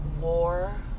war